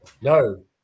No